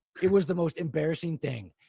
it was the most embarrassing thing.